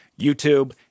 YouTube